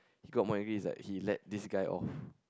he got more angry is like he let this guy off